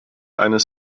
eines